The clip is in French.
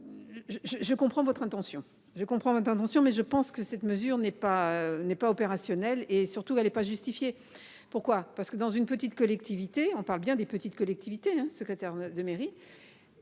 Je comprends l'intention mais je pense que cette mesure n'est pas n'est pas opérationnel et surtout elle est pas justifiée. Pourquoi, parce que dans une petite collectivité, on parle bien des petites collectivités, un secrétaire de mairie.